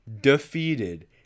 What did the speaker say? defeated